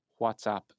WhatsApp